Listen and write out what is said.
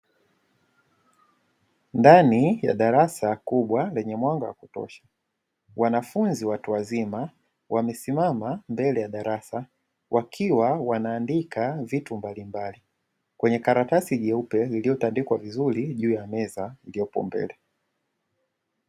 Ndani ya darasa kubwa lenye mwanga wa kutosha, wanafunzi watu wazima wamesimama mbele ya darasa wakiwa wanaandika vitu mbalimbali kwenye karatasi jeupe iliyotandikwa vizuri juu ya meza iliyopo mbele.